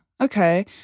Okay